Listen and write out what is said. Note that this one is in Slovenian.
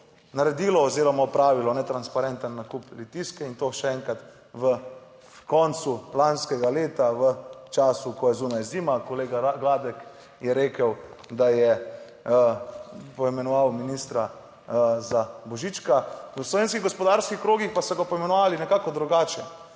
naredilo oziroma opravilo netransparenten nakup litijske in to še enkrat v koncu lanskega leta, v času, ko je zunaj zima, kolega Gladek je rekel, da je poimenoval ministra za Božička! V slovenskih gospodarskih krogih pa so ga poimenovali nekako drugače,